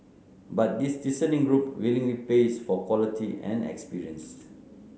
but this discerning group willingly pays for quality and experience